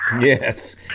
Yes